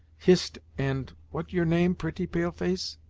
hist and what your name, pretty pale-face?